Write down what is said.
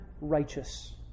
righteous